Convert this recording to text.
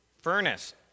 furnace